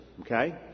Okay